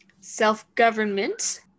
Self-government